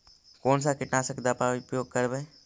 कोन सा कीटनाशक दवा उपयोग करबय?